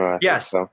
Yes